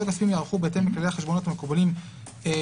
הכספיים ייערכו בהתאם לכללי החשבונאות המקובלים והתקינה